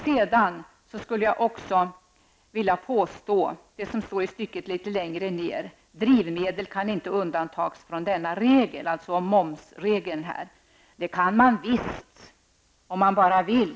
Sedan skulle jag också vilja kommentera det som står om momsregeln: ''Drivmedel kan inte undantas från denna regel.'' Det kan det visst det, om man bara vill.